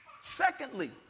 Secondly